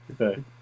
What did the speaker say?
Okay